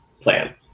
plan